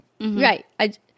Right